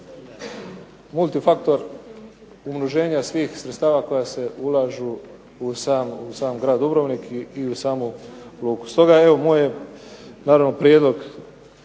multifaktor umnoženja svih sredstava koja se ulažu u sam grad Dubrovnik i u samu luku. Stoga evo, moj je naravno prijedlog,